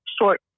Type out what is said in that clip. short